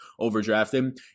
overdrafted